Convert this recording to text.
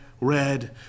red